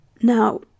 Now